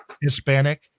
Hispanic